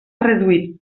reduït